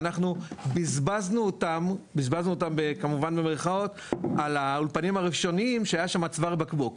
ואנחנו "בזבזנו אותם" על האולפנים הראשוניים שהיה שם צוואר בקבוק.